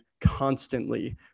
constantly